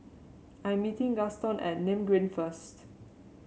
I am meeting Gaston at Nim Green first